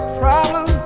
problem